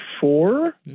four